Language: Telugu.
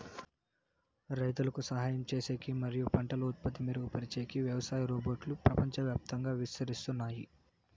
రైతులకు సహాయం చేసేకి మరియు పంటల ఉత్పత్తి మెరుగుపరిచేకి వ్యవసాయ రోబోట్లు ప్రపంచవ్యాప్తంగా విస్తరిస్తున్నాయి